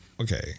Okay